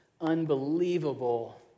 unbelievable